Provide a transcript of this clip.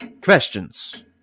Questions